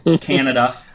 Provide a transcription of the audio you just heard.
canada